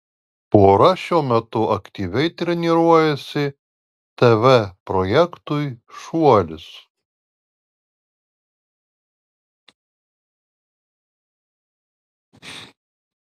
pora šiuo metu aktyviai treniruojasi tv projektui šuolis